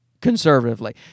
conservatively